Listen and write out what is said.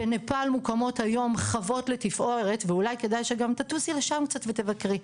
בנפל מוקמות היום חוות לתפארת ואולי כדי שגם תטוסי לשם קצת ותבקרי,